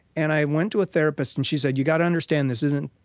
and i went to a therapist and she said, you got to understand this isn't,